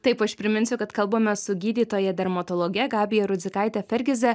taip aš priminsiu kad kalbamės su gydytoja dermatologe gabija rudzikaite fergize